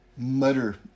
mutter